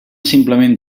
simplement